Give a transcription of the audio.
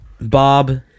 Bob